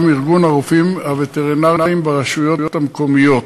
ארגון הרופאים הווטרינרים ברשויות המקומיות.